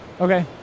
Okay